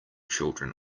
children